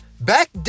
back